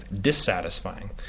dissatisfying